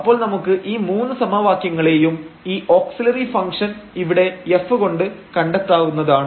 അപ്പോൾ നമുക്ക് ഈ മൂന്ന് സമവാക്യങ്ങളെയും ഈ ഓക്സില്ലറി ഫംഗ്ഷൻ ഇവിടെ F കൊണ്ട് കണ്ടെത്താവുന്നതാണ്